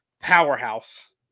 powerhouse